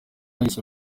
yahise